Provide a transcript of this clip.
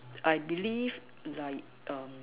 I believe like